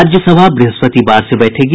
राज्यसभा ब्रहस्पतिवार से बैठेगी